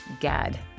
God